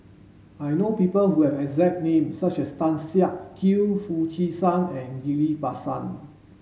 I know people who have a exact name such as Tan Siak Kew Foo Chee San and Ghillie Basan